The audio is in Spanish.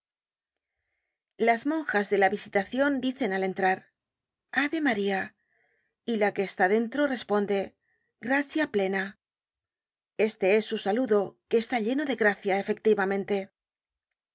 las monjas de la visitacion dicen al entrar ave marta y la que está dentro responde gratia plena este es su saludo que está lleno de gracia efectivamente